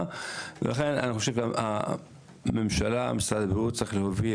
ולכן אני חושב שהממשלה ומשרד הבריאות צריכים להוביל